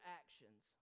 actions